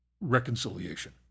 reconciliation